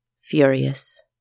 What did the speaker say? furious